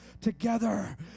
together